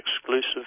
exclusive